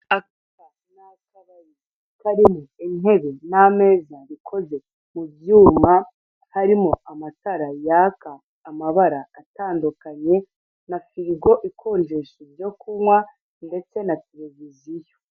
Aka ni akabari, karimo intebe n'ameza bikoze mubyuma, harimo amatara yaka amabara atandukanye, na firigo ikonjesha ibyo kunywa ndetse na televiziyo.